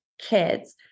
kids